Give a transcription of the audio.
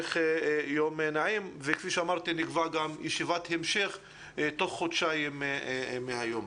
כפי שאמרתי, נקבע ישיבת המשך תוך חודשיים מהיום.